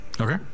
Okay